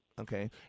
Okay